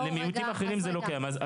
למיעוטים אחרים זה לא קיים,